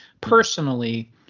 personally